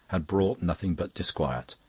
had brought nothing but disquiet,